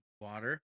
Water